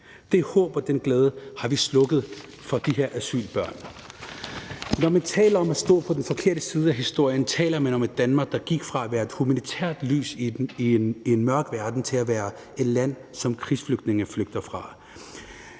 Det håb og den glæde har vi slukket for de her asylbørn. Når man taler om at stå på den forkerte side af historien, taler man om et Danmark, der gik fra at være et humanitært lys i en mørk verden til at være et land, som krigsflygtninge flygter fra.